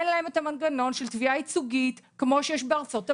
אין להן את המנגנון של תביעה ייצוגית כמו שיש בארצות הברית.